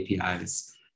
APIs